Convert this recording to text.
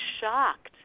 shocked